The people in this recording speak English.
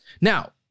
Now